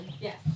Yes